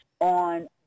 on